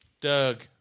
Doug